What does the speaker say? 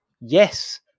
yes